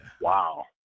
Wow